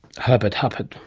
herbert huppert.